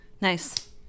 Nice